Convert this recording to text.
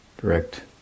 direct